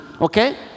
okay